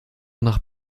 nach